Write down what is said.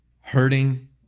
Hurting